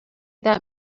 that